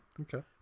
Okay